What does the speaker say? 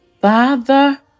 Father